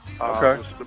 Okay